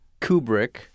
Kubrick